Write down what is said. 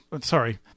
sorry